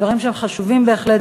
דברים שהם חשובים בהחלט,